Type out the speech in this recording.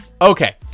Okay